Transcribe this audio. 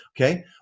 Okay